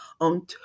on